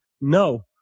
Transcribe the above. no